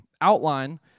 outline